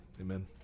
amen